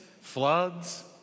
floods